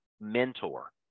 mentor